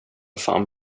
fan